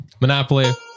monopoly